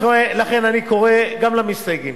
לכן אני קורא גם למסתייגים